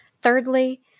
thirdly